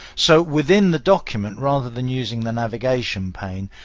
so within the document rather than using the navigation pane,